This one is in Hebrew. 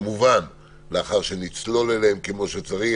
כמובן, לאחר שנצלול אליהן כמו שצריך.